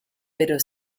pero